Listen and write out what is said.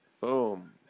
Boom